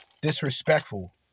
disrespectful